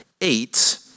eight